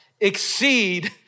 exceed